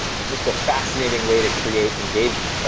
it's just a fascinating way to create engagement.